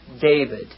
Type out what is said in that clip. David